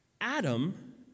Adam